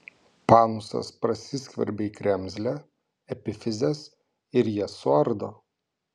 panusas prasiskverbia į kremzlę epifizes ir jas suardo